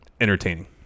entertaining